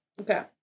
Okay